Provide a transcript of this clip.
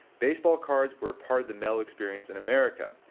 baseball cards were part of the male experience in america.